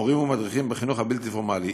מורים ומדריכים בחינוך הבלתי-פורמלי.